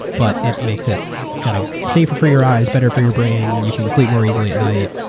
but it makes it kind of safer for your eyes, better for your brain, you can sleep more easily at night.